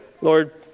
Lord